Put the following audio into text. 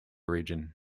region